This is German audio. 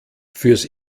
fürs